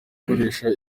ikoresha